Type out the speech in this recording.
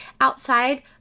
outside